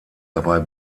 dabei